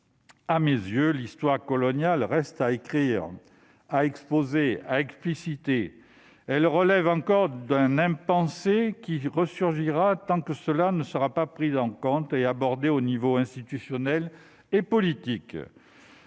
À mes yeux, l'histoire coloniale reste à écrire, à exposer, à expliciter. Elle relève encore d'un impensé qui ressurgira tant qu'elle ne sera pas prise en compte et abordée aux niveaux institutionnel et politique.